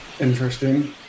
Interesting